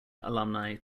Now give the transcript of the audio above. alumni